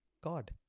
God